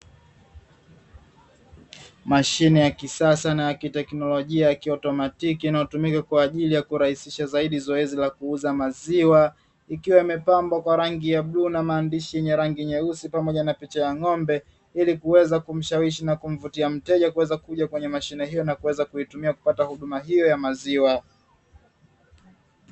Mashine ya kisasa na ya kiteknolojia ya kiautomatiki, inayosaidia kurahisisha zaidi zoezi la kuuza maziwa ikiwa imepambwa kwa rangi ya bluu na maandishi yenye rangi nyeusi pamoja na picha ya ng’ombe, ili kuweza kumshawishi na kumvutia mteja kuweza kuja kwenye mashine hiyo na kujipatia huduma ya maziwa.